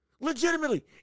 legitimately